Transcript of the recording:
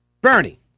Bernie